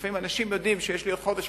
לפעמים אנשים יודעים שיש להם עוד חודש,